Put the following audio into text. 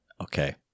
okay